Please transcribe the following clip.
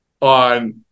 on